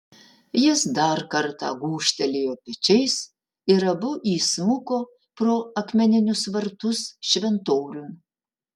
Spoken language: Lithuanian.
jis dar kartą gūžtelėjo pečiais ir abu įsmuko pro akmeninius vartus šventoriun